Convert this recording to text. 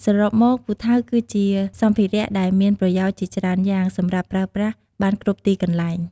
សរុមមកពូថៅគឺជាសម្ភារៈដែលមានប្រយោជន៍ជាច្រើនយ៉ាង សម្រាប់ប្រើប្រាស់បានគ្រប់ទីកន្លែង។